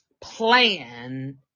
plan